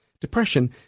depression